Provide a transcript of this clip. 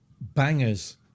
bangers